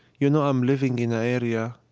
you know, i'm living in a area,